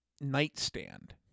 nightstand